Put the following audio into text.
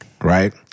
right